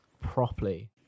properly